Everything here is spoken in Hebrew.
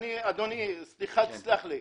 אדוני, תסלח לי.